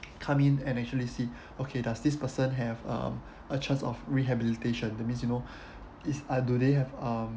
come in and actually see okay does this person have um a chance of rehabilitation that means you know it's uh do they have um